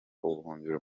ubuhungiro